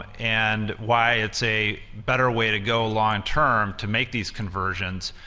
and why it's a better way to go long term to make these conversions.